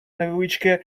невеличке